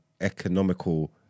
economical